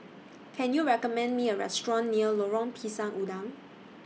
Can YOU recommend Me A Restaurant near Lorong Pisang Udang